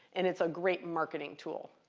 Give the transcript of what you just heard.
and it's a great marketing tool.